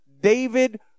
David